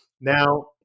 now